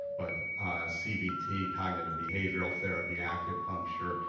but cbt, cognitive behavioral therapy, acupuncture,